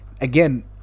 again